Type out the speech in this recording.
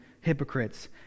hypocrites